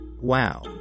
Wow